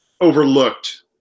overlooked